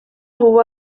nhw